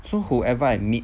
so whoever I meet